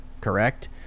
correct